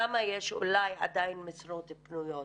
שם יש אולי עדיין משרות פנויות.